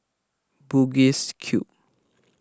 Bugis Cube